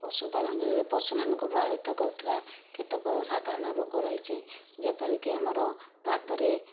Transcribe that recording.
ପଶୁପାଳନରେ ପଶୁମାନଙ୍କୁ ପ୍ରଭାବିତ କରୁଥିବା କେତେକ ସାଧାରଣ ରୋଗ ରହିଛି ଯେପରିକି ଆମର ପାଦରେ